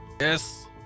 Yes